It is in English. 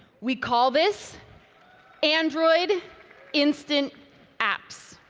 we call this android instant apps.